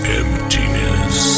emptiness